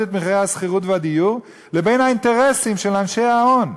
את מחירי השכירות והדיור לבין האינטרסים של אנשי ההון,